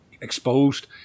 exposed